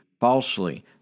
falsely